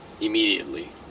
immediately